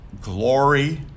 glory